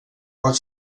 pot